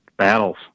Battles